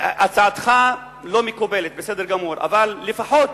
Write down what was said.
הצעתך לא מקובלת, בסדר גמור, אבל לפחות